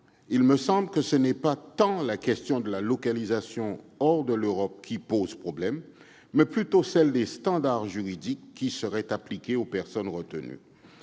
il me semble que c'est non pas tant la question de la localisation de ces structures hors d'Europe qui pose problème, que celle des standards juridiques qui seraient appliqués aux personnes retenues.